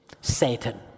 Satan